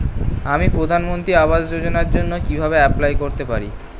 আমি প্রধানমন্ত্রী আবাস যোজনার জন্য কিভাবে এপ্লাই করতে পারি?